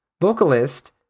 Vocalist